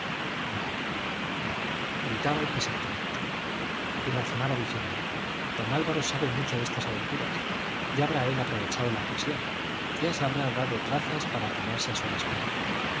no no gritaba el presentimiento y razonaba diciendo don álvaro sabe mucho de estas aventuras ya habrá él aprovechado la ocasión ya se habrá dado trazas para quedarse a solas con ella